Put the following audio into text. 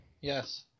Yes